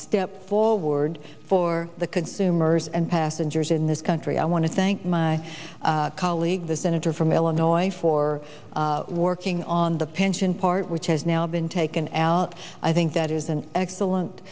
step forward for the consumers and passengers in this country i want to thank my colleague the senator from illinois for working on the pension part which has now been taken out i think that is an excellent